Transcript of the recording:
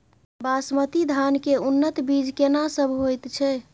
बासमती धान के उन्नत बीज केना सब होयत छै?